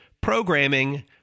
programming